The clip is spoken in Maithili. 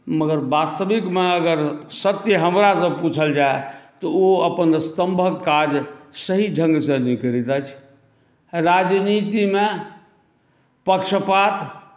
मगर वास्तविकमे अगर सत्य हमरासँ पुछल जाए तऽ ओ अपन स्तम्भक काज सही ढ़ंगसँ नहि करैत अछि राजनीतिमे पक्षपात